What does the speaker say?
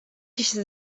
kişi